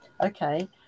okay